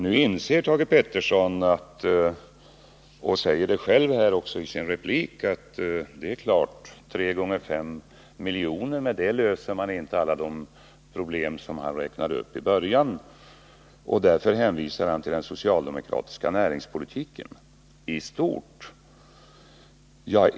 Nu inser Thage Peterson — han säger det också själv i sin replik — att med 3 x 5 miljoner löser man inte alla de problem som han räknade upp i början. Därför hänvisar han till den socialdemokratiska näringspolitiken i stort.